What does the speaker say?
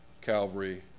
Calvary